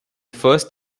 first